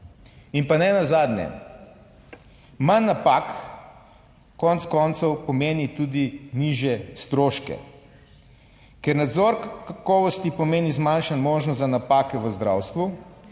In pa, nenazadnje, manj napak konec koncev pomeni tudi nižje stroške. Ker nadzor kakovosti pomeni zmanjšano možnosti za napake v zdravstvu,